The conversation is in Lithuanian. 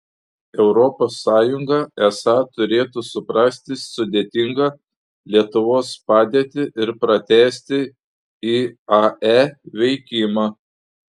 europos sąjunga esą turėtų suprasti sudėtingą lietuvos padėtį ir pratęsti iae veikimą